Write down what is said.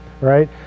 right